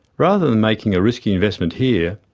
rather than making a risky investment here,